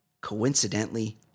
Coincidentally